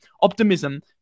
Optimism